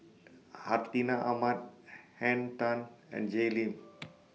Hartinah Ahmad Henn Tan and Jay Lim